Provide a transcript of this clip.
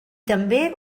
també